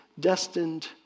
destined